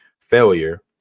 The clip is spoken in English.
failure